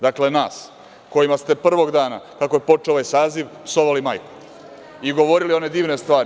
Dakle, nas, kojima ste od prvog dana, kako je počeo ovaj Saziv psovali majku i govorili one divne stvari.